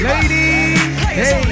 Ladies